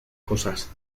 cosas